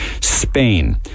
Spain